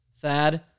Thad